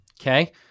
Okay